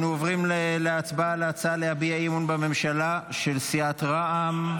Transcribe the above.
אנו עוברים להצבעה על ההצעה להביע אי-אמון בממשלה של סיעת רע"מ.